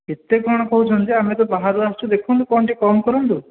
ଏତେ କ'ଣ କହୁଛନ୍ତି ଯେ ଆମେ ତ ବାହାରୁ ଆସିଛୁ ଦେଖନ୍ତୁ କ'ଣ ଟିକେ କମ୍ କରନ୍ତୁ